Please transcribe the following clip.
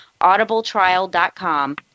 AudibleTrial.com